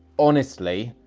honestly,